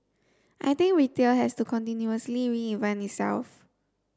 I think retail has to continuously reinvent itself